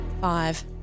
Five